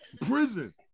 prison